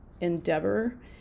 endeavor